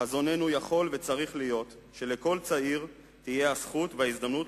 חזוננו יכול וצריך להיות שלכל צעיר יהיו הזכות וההזדמנות